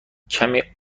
کمی